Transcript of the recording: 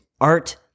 art